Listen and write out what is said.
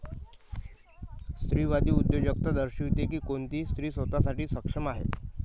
स्त्रीवादी उद्योजकता दर्शविते की कोणतीही स्त्री स्वतः साठी सक्षम आहे